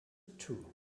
two